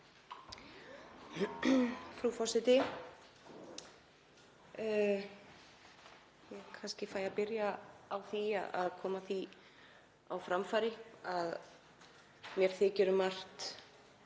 Frú forseti. Ég fæ kannski að byrja á því að koma því á framfæri að mér þykir það